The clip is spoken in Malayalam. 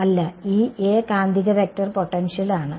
അല്ല ഈ A കാന്തിക വെക്റ്റർ പൊട്ടൻഷ്യൽ ആണ്